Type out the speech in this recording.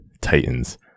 Titans